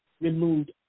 removed